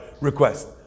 request